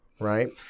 Right